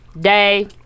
Day